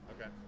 Okay